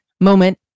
moment